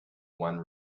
one